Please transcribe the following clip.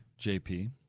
JP